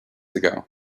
ago